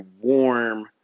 warm –